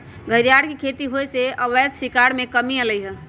घरियार के खेती होयसे अवैध शिकार में कम्मि अलइ ह